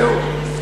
זהו.